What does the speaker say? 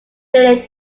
village